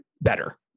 better